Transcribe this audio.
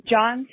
John